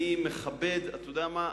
אתה יודע מה?